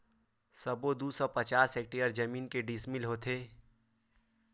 सबो दू सौ पचास हेक्टेयर जमीन के डिसमिल होथे?